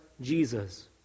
Jesus